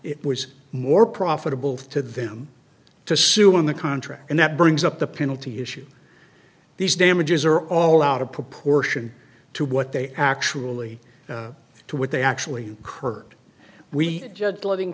it was more profitable to them to sue in the contract and that brings up the penalty issue these damages are all out of proportion to what they actually to what they actually occurred we just